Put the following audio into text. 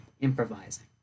improvising